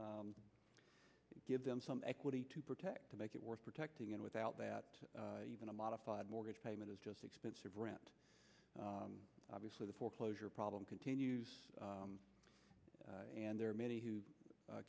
to give them some equity to protect to make it worth protecting and without that even a modified mortgage payment is just expensive rent obviously the foreclosure problem continues and there are many who